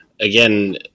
again